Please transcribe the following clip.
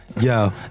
yo